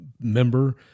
member